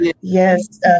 Yes